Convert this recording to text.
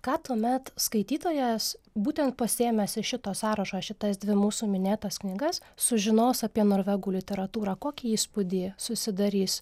ką tuomet skaitytojas būtent pasiėmęs iš šito sąrašo šitas dvi mūsų minėtas knygas sužinos apie norvegų literatūrą kokį įspūdį susidarys